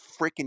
freaking